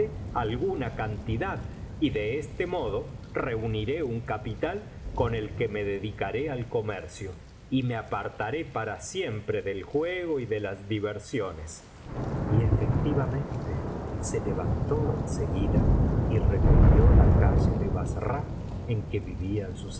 alguna c títidad y de este modo reuniré un capital con el que me dedicaré al comercio y me apartaré para siempre del juego y de las diversiones y efectivamente se levantó en seguida y recorrió la calle de bassra en que vivían